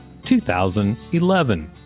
2011